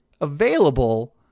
available